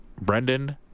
Brendan